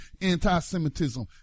anti-Semitism